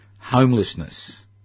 Homelessness